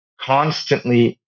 constantly